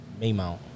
Maymount